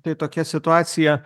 tai tokia situacija